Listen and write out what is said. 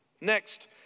Next